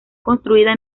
construida